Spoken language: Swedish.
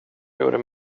gjorde